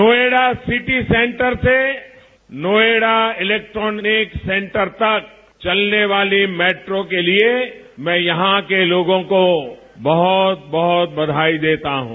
Noida city centre से Noida electronic centre तक चलने वाली मैट्रो के लिए मैं यहां के लोगों को बहुत बहुत बधाई देता हूं